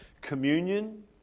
Communion